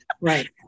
Right